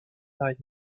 arrière